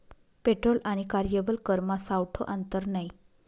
petrol आणि कार्यबल करमा सावठं आंतर नै